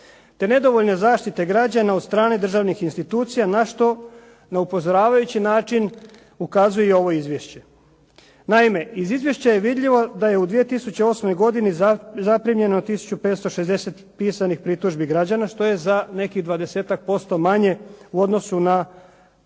te nedovoljne zaštite građana od strane državnih institucija na što na upozoravajući način ukazuje i ovo izvješće. Naime, iz izvješća je vidljivo da je u 2008. godini zaprimljeno 1560 pisanih pritužbi građana, što je za nekih 20-tak % manje u odnosu na